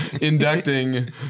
inducting